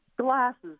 glasses